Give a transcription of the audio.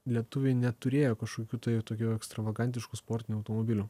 lietuviai neturėjo kažkokių tai tokių ekstravagantiškų sportinių automobilių